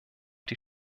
die